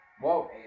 Whoa